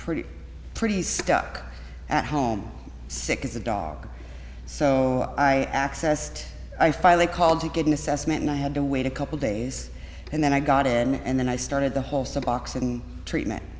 pretty pretty stuck at home sick as a dog so i accessed i finally called to get an assessment and i had to wait a couple days and then i got in and then i started the whole suboxone treatment